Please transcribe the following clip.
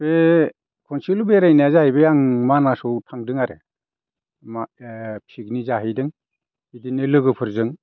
बे खनसेल' बेरायनाया जाहैबाय आं मानासाव थांदों आरो पिकनिक जाहैदों बिदिनो लोगोफोरजों